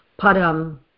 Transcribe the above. Padam